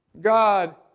God